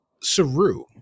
Saru